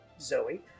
Zoe